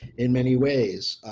in many ways,